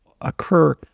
occur